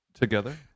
together